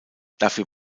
dafür